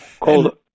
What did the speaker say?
called